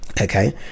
okay